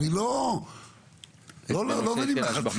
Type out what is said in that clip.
אני לא עובד עם לחצים.